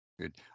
Good